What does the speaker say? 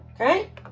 okay